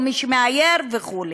או מי שמאייר וכו'.